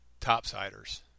topsiders